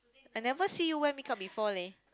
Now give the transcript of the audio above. I never see you wear makeup before leh